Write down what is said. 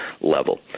level